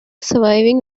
surviving